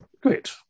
Great